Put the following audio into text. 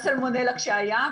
הסלמונלה כשהייתה,